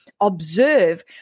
observe